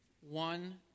one